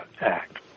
Act